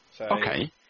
Okay